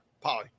Polly